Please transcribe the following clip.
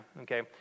okay